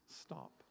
stop